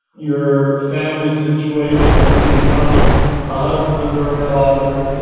your family situation if you become a ah husband or a father,